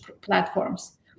platforms